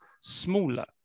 smaller